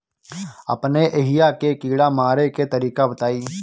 अपने एहिहा के कीड़ा मारे के तरीका बताई?